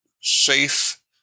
safe